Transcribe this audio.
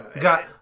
got